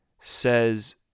says